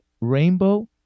rainbow